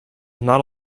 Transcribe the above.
not